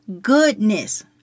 goodness